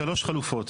שלוש חלופות.